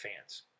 fans